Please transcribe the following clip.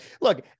look